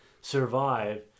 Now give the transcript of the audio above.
survive